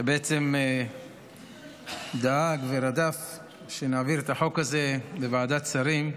שבעצם דאג ורדף שנעביר את החוק הזה לוועדת שרים,